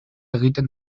egiten